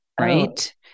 right